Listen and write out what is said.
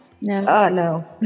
no